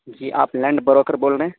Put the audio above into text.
جی آپ land broker بول رہے ہیں